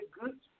good